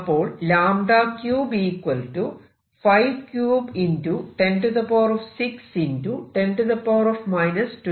അപ്പോൾ 𝞴3 53 x 106 x 10 27